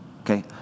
Okay